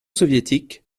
soviétique